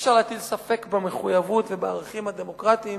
שאי-אפשר להטיל ספק במחויבות שלו ובערכים הדמוקרטיים